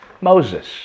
Moses